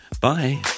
Bye